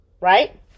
right